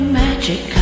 magic